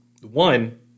one